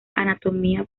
anatomía